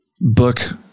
book